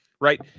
Right